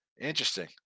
Interesting